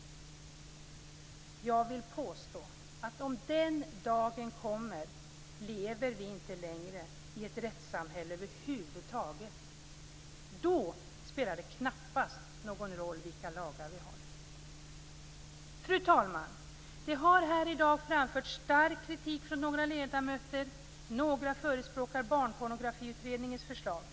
Jag vill påstå att om den dagen kommer så lever vi inte längre i ett rättssamhälle över huvud taget. Då spelar det knappast någon roll vilka lagar vi har. Fru talman! Det har här i dag framförts stark kritik från några ledamöter. Några förespråkar Barnpornografiutredningens förslag.